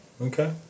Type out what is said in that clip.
Okay